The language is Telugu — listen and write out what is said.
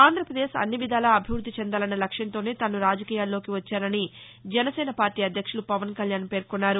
ఆంధ్రప్రదేశ్ అన్ని విధాలా అభివృద్ది చెందాలన్న లక్ష్యంతోనే తాను రాజకీయాల్లోకి వచ్చానని జనసేన అధ్యక్షులు పవన్ కళ్యాణ్ పేర్కొన్నారు